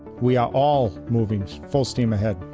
we are all moving full steam ahead.